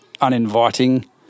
uninviting